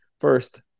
First